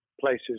places